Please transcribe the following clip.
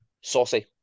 Saucy